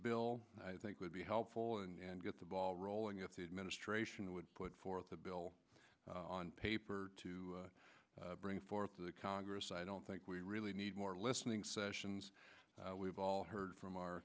bill i think would be helpful and get the ball rolling if the administration would put forth the bill on paper to bring forth the congress i don't think we really need more listening sessions we've all heard from our